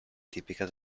tipica